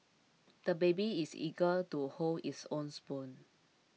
the baby is eager to hold his own spoon